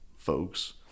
folks